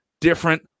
different